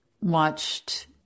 watched